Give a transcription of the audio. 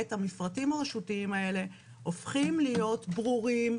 המפרטים הרשותיים האלה הופכים להיות ברורים,